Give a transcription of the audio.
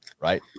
right